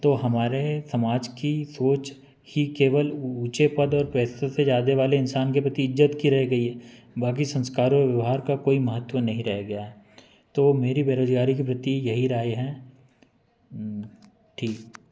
तो हमारे समाज की सोच ही केवल ऊँचे पद और पैसों से ज्यादे वाले इंसान के प्रति इज्जत की रह गई है बाकी संस्कार और व्यवहार का कोई महत्व नहीं रह गया है तो मेरी बेरोजगारी के प्रति यही राय है ठीक